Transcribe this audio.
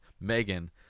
Megan